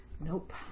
Nope